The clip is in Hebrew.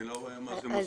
איני רואה מה זה מוסיף.